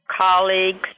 colleagues